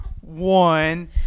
one